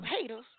haters